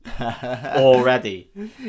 already